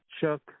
Chuck